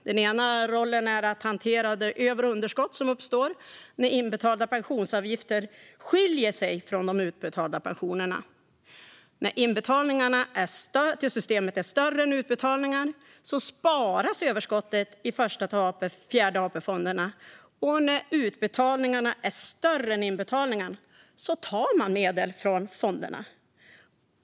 Den ena rollen är att hantera de över och underskott som uppstår när inbetalda pensionsavgifter skiljer sig från de utbetalda pensionerna. När inbetalningarna till systemet är större än utbetalningarna sparas överskottet i Första-Fjärde AP-fonderna, och när utbetalningarna är större än inbetalningarna tar man medel från fonderna.